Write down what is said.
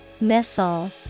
Missile